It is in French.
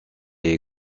est